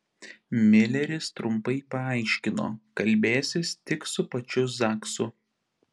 mileris trumpai paaiškino kalbėsis tik su pačiu zaksu